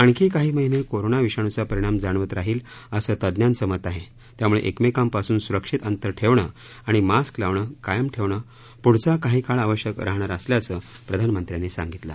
आणखी काही महिनळीरोना विषाणूचा परिणाम जाणवत राहील असत्रिजांचक्ति आहा व्यामुळक्किमक्विपासून सुरक्षित अंतर ठक्किं आणि मास्क लावणं कायम ठघ्पिप्रिंढचा काही काळ आवश्यक राहणार असल्याचं प्रधानमंत्र्यांनी सांगितलं